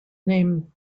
name